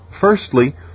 Firstly